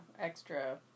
extra